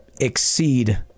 exceed